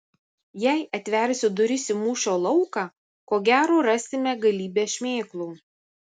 jei atversiu duris į mūšio lauką ko gero rasime galybę šmėklų